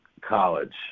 college